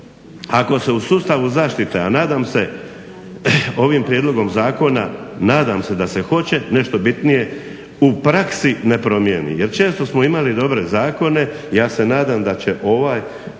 ako se u sustavu zaštite, a nadam se ovim prijedlogom zakona, nadam se da se hoće nešto bitnije u praksi ne promijeni. Jer često smo imali dobre zakone. I ja se nadam da će ovaj